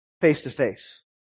face-to-face